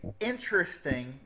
interesting